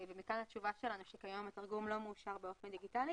ומכאן התשובה שלנו שכיום התרגום לא מאושר באופן דיגיטלי.